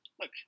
look